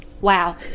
Wow